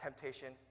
temptation